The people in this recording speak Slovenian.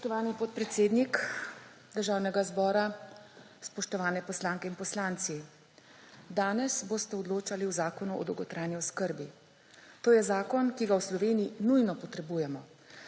Spoštovani podpredsednik Državnega zbora, spoštovane poslanke in poslanci. Danes boste odločali o Zakonu o dolgotrajni oskrbi. To je zakon, ki ga v Sloveniji nujno potrebujemo.